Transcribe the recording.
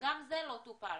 גם זה לא טופל.